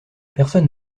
personne